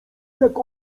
jak